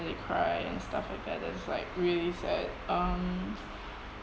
they cry and stuff like that that's like really sad um